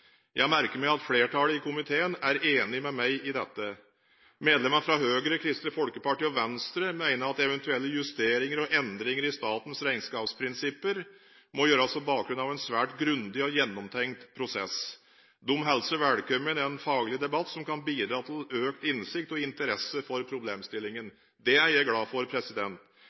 Jeg merker meg at flertallet i komiteen er enig med meg i dette. Medlemmene fra Høyre, Kristelig Folkeparti og Venstre mener at eventuelle justeringer og endringer i statens regnskapsprinsipper må gjøres på bakgrunn av en svært grundig og gjennomtenkt prosess. De hilser velkommen en faglig debatt som kan bidra til økt innsikt og interesse for problemstillingen. Det er jeg glad for.